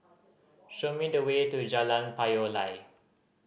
show me the way to Jalan Payoh Lai